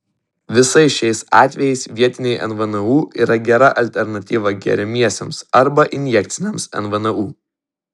visais šiais atvejais vietiniai nvnu yra gera alternatyva geriamiesiems arba injekciniams nvnu